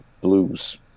Blues